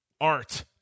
art